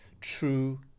true